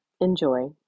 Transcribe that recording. enjoy